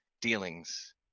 dealings